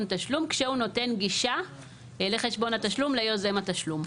תשלום כשהוא נותן גישה לחשבון התשלום ליוזם התשלום.